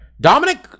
Dominic